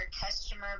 customer